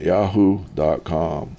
Yahoo.com